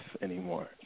anymore